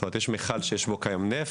יש מכל שיש בו כיום נפט,